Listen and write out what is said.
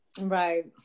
Right